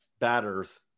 batter's